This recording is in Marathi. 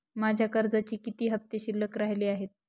माझ्या कर्जाचे किती हफ्ते शिल्लक राहिले आहेत?